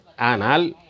Anal